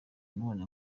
none